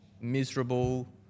miserable